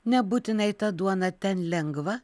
nebūtinai ta duona ten lengva